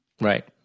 Right